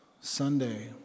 Sunday